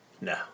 No